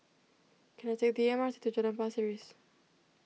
can I take the M R T to Jalan Pasir Ria